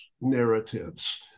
narratives